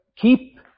Keep